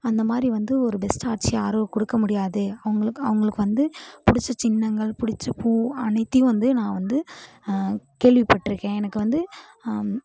அந்தமாதிரி வந்து ஒரு பெஸ்ட் ஆட்சி யாரும் கொடுக்க முடியாது அவங்களுக்கு அவங்களுக்கு வந்து பிடிச்ச சின்னங்கள் பிடிச்ச பூ அனைத்தையும் வந்து நான் வந்து கேள்விப்பட்டிருக்கேன் எனக்கு வந்து